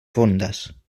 fondes